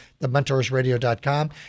TheMentorsRadio.com